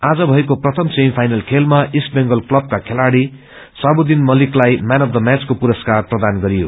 आज भएको प्रथम सेमी फाइनल खेलामा इष्ट बंगाल क्वलको खेलाड़ी साबुखित मत्लिकलाई म्यान अफ द म्याव को पुरस्कार प्रदानगरियो